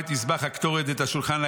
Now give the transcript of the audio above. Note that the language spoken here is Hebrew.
ואת מזבח הקטורת ואת השולחן להיכל.